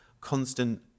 constant